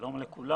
שלום לכולם.